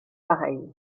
pareil